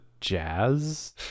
Jazz